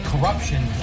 corruption